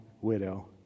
widow